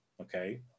okay